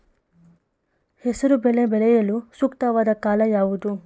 ಹೆಸರು ಬೇಳೆ ಬೆಳೆಯಲು ಸೂಕ್ತವಾದ ಕಾಲ ಯಾವುದು?